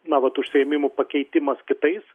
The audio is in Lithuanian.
na vat užsiėmimų pakeitimas kitais